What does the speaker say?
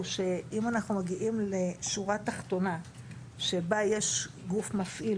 היא שאם אנחנו מגיעים לשורה תחתונה שבה יש גוף מפעיל.